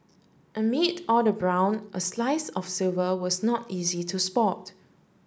amid all the brown a slice of silver was not easy to spot